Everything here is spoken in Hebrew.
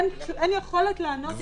אין יכולת לענות לעסקים.